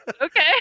Okay